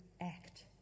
act